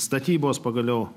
statybos pagaliau